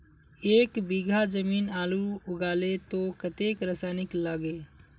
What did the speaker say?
एक बीघा जमीन आलू लगाले तो कतेक रासायनिक लगे?